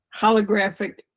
holographic